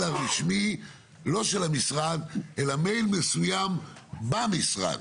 הרשמי לא של המשרד אלא למייל מסוים במשרד.